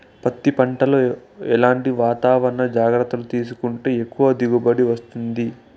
పత్తి పంట లో ఎట్లాంటి వాతావరణ జాగ్రత్తలు తీసుకుంటే ఎక్కువగా దిగుబడి వస్తుంది?